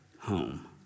home